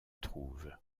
trouve